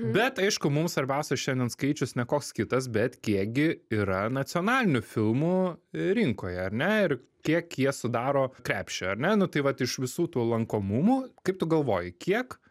bet aišku mum svarbiausia šiandien skaičius ne koks kitas bet kiekgi yra nacionalinių filmų rinkoje ar ne ir kiek jie sudaro krepšį ar ne nu tai vat iš visų tų lankomumų kaip tu galvoji kiek